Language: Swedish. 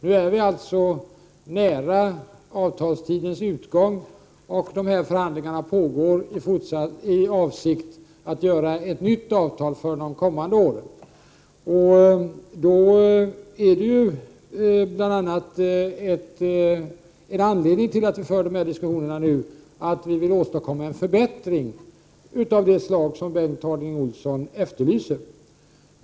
Nu närmar vi oss avtalstidens utgång, och förhandlingar pågår i avsikt att få till stånd ett nytt avtal för de kommande åren. En anledning till att vi för dessa diskussioner nu är bl.a. att vi vill åstadkomma en förbättring av det slag som Bengt Harding Olson efterlyser.